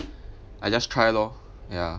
I just try lor ya